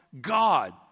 God